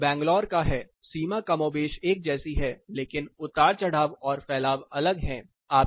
और यह बैंगलोर का है सीमा कमोबेश एक जैसी है लेकिन उतार चढ़ाव और फैलाव अलग है